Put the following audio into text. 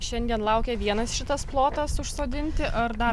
šiandien laukia vienas šitas plotas užsodinti ar dar